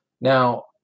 Now